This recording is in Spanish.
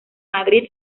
madrid